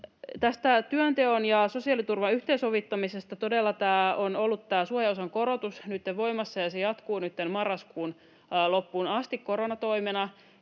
Tästä työnteon ja sosiaaliturvan yhteensovittamisesta: Todella tämä suojaosan korotus on ollut nyt voimassa, ja se jatkuu nyt marraskuun loppuun asti koronatoimena,